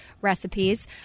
recipes